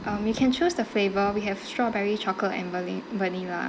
um you can choose the flavour we have strawberry chocolate and vani~ vanilla